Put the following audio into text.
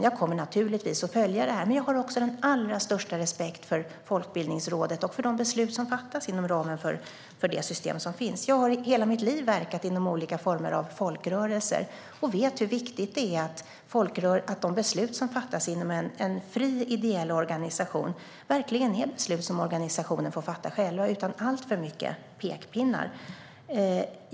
Jag kommer naturligtvis att följa detta, men jag har också den allra största respekt för Folkbildningsrådet och för de beslut som fattas inom ramen för det system som finns. Jag har i hela mitt liv verkat inom olika former av folkrörelser och vet hur viktigt det är att en fri, ideell organisation verkligen får fatta beslut själv utan alltför mycket pekpinnar.